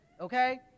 Okay